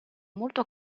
molto